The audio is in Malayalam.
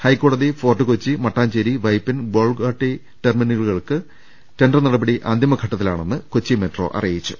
ഹൈക്കോടതി ഫോർട്ട് കൊച്ചി മട്ടാഞ്ചേരി വൈപ്പിൻ ബോൾഗാട്ടി ടെർമിനലുകൾക്ക് ടെൻഡർ നടപടികൾ അന്തിമഘട്ടത്തി ലാണെന്ന് കൊച്ചി മെട്രോ അറിയിച്ചു